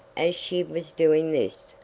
as she was doing this,